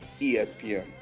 ESPN